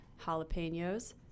jalapenos